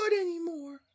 anymore